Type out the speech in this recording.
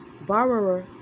borrower